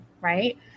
Right